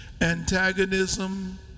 antagonism